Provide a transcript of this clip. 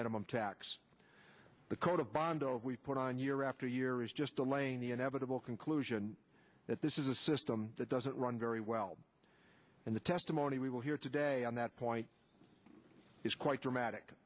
minimum tax the code of bondo we've put on year after year is just delaying the inevitable conclusion that this is a system that doesn't run very well and the testimony we will hear today on that point is quite dramatic